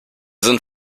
sind